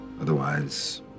Otherwise